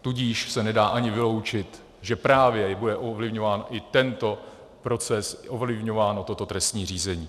Tudíž se nedá ani vyloučit, že právě bude ovlivňován i tento proces, i ovlivňováno toto trestní řízení.